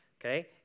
Okay